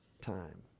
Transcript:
time